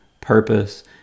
purpose